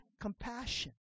compassion